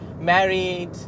Married